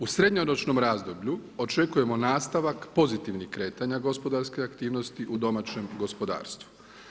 U srednjoročnom razdoblju očekujemo nastavak pozitivnih kretanja gospodarske aktivnosti u domaćem gospodarstvu.